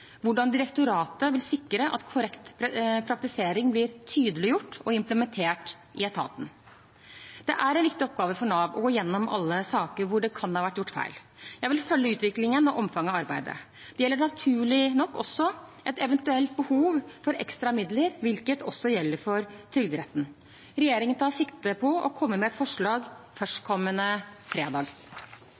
hvordan direktoratet vil sikre at korrekt praktisering blir tydeliggjort og implementert i etaten Det er en viktig oppgave for Nav å gå gjennom alle saker hvor det kan ha vært gjort feil. Jeg vil følge utviklingen og omfanget av arbeidet. Det gjelder naturlig nok også et eventuelt behov for ekstra midler, hvilket også gjelder for Trygderetten. Regjeringen tar sikte på å komme med et forslag førstkommende fredag.